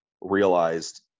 realized